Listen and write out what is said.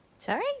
Sorry